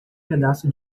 pedaço